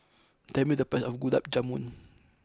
tell me the price of Gulab Jamun